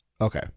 okay